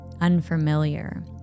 unfamiliar